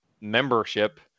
membership